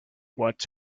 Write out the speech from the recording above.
what